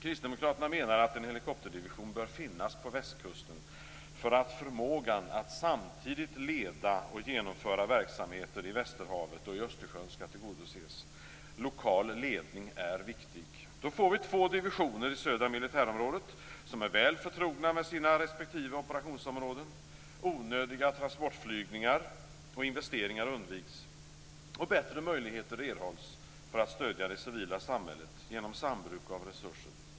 Kristdemokraterna menar att en helikopterdivision bör finnas på västkusten för att förmågan att samtidigt leda och genomföra verksamheter i Västerhavet och Östersjön skall tillgodoses. Lokal ledning är viktig! Då får vi två divisioner i södra militärområdet som är väl förtrogna med sina respektive operationsområden. Onödiga transportflygningar och investeringar undviks, och bättre möjligheter erhålls att stödja det civila samhället genom sambruk av resurser.